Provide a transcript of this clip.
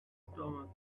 stomach